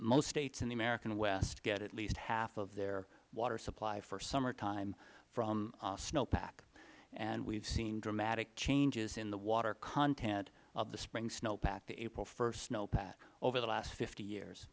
most states in the american west get at least half of their water supply for summertime from snowpack and we have seen dramatic changes in the water content of the spring snowpack the april st snowpack over the last fifty years